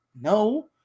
No